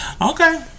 okay